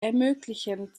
ermöglichen